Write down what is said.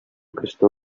crystal